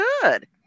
good